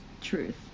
Truth